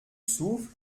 souffle